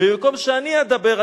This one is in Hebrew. ובמקום שאני אדבר,